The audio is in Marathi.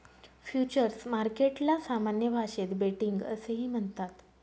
फ्युचर्स मार्केटला सामान्य भाषेत बेटिंग असेही म्हणतात